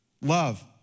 love